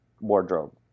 wardrobe